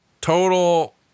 total